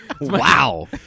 Wow